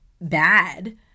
bad